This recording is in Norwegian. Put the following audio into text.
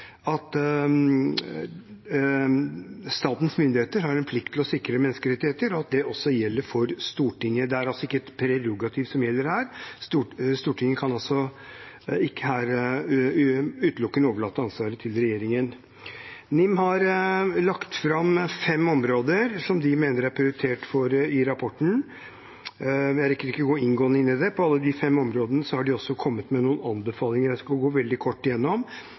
at statens myndigheter har en plikt til å sikre menneskerettigheter, og at det også gjelder for Stortinget. Det er altså ikke et prerogativ som gjelder her, Stortinget kan her altså ikke utelukkende overlate ansvaret til regjeringen. NIM har lagt fram seks områder de mener er prioritert i rapporten. Jeg rekker ikke å gå inngående inn i dem. På alle de seks områdene har de også kommet med noen anbefalinger, som jeg skal gå veldig kort